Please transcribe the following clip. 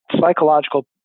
Psychological